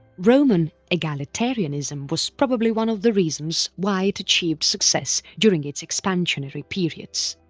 roman egalitarianism was probably one of the reasons why it achieved success during its expansionary periods.